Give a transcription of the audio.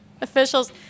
officials